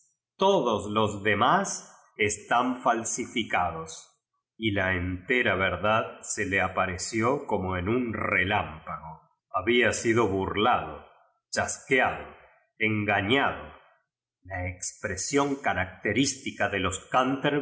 píl los oem a s estan falsificados y la entera verdad se le apareció como en un relámpago había sido burlado chasqueado enga ñado í la expresión característica de los